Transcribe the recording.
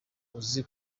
uzi